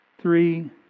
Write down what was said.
three